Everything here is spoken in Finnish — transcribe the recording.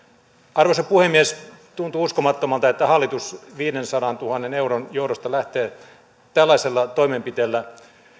arvoisa puhemies tuntuu uskomattomalta että hallitus viidensadantuhannen euron johdosta lähtee tällaisella toimenpiteellä